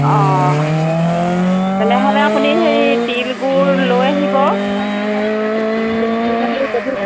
অঁ তেনেহ'লে আপুনি হেৰি তিলবোৰ লৈ আহিব